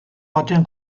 batean